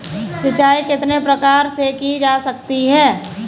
सिंचाई कितने प्रकार से की जा सकती है?